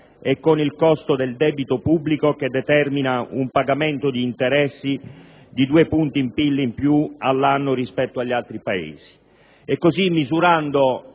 e con il costo del debito pubblico che determina un pagamento di interessi di 2 punti di PIL in più all'anno rispetto agli altri Paesi.